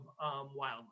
wildlife